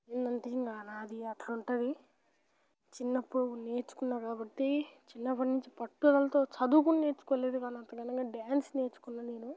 ఏంటంటే ఇంకా నాది అట్లా ఉంటుంది చిన్నప్పుడు నేర్చుకున్నాను కాబట్టి చిన్నప్పటి నుంచి పట్టుదలతో చదువు కూడా నేర్చుకోలేదు కానీ అప్పుడు అనగా డ్యాన్స్ నేర్చుకున్నాను నేను